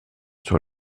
sur